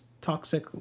toxic